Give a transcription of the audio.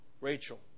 Rachel